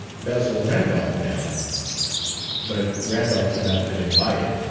basil randolph, now but randolph had not been invited,